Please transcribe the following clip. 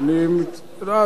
זה, בסדר.